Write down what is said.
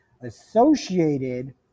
associated